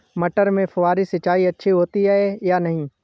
मटर में फुहरी सिंचाई अच्छी होती है या नहीं?